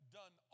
done